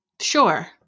Sure